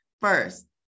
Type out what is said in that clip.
first